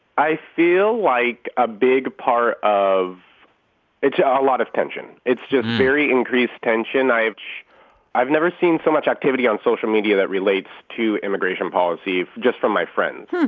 i feel like a big part of it's a lot of tension. it's just very increased tension. i've i've never seen so much activity on social media that relates to immigration policy just from my friends.